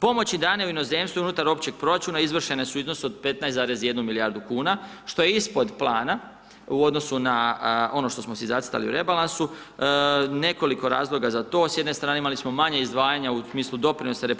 Pomoći dane u inozemstvu unutar općeg proračuna izvršene su u iznosu od 15,1 milijardu kuna što je ispod plana u odnosu na ono što smo si zacrtali u rebalansu, nekoliko je razloga za to, s jedne strane imali smo manje izdvajanja u smislu doprinosa RH